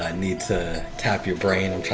ah needs to tap your brain.